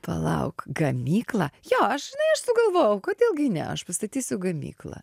palauk gamyklą jo aš aš sugalvojau kodėl gi ne aš pastatysiu gamyklą